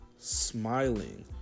smiling